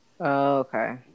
okay